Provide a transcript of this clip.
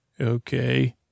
Okay